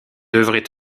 devrais